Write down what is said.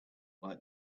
like